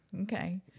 okay